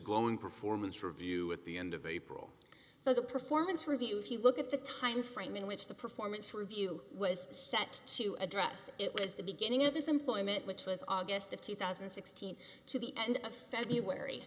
growing performance review at the end of april so the performance reviews if you look at the timeframe in which the performance review was set to address it was the beginning of his employment which was august of two thousand and sixteen to the end of